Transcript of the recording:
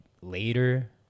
later